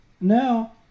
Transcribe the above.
Now